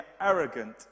arrogant